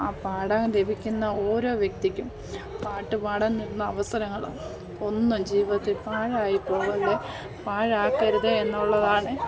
ആ പാടാൻ ലഭിക്കുന്ന ഓരോ വ്യക്തിക്കും പാട്ടു പാടാൻ കിട്ടുന്ന അവസരങ്ങൾ ഒന്നും ജീവിതത്തിൽ പാഴായി പോവല്ലേ പാഴാക്കരുതേ എന്നുള്ളതാണ്